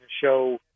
show